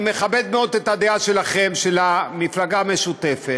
אני מכבד מאוד את הדעה שלכם, של הרשימה המשותפת.